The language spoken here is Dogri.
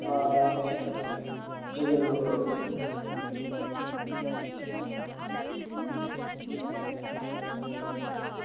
हां जी बिलकुल बिलकुल